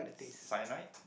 cyanide